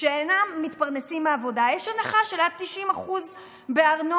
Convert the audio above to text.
שאינם מתפרנסים מעבודה יש הנחה של עד 90% בארנונה,